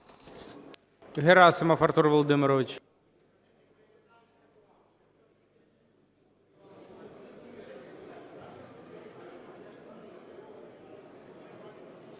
Герасимов Артур Володимирович.